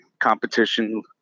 competition